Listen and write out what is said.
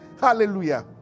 hallelujah